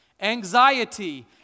anxiety